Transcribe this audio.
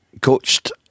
coached